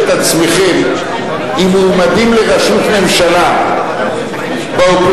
את עצמכם עם מועמדים לראשות ממשלה באופוזיציה,